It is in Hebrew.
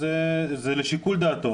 אז זה לשיקול דעתו,